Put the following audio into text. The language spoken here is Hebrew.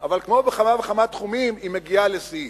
אבל כמו בכמה וכמה תחומים היא מגיעה לשיא,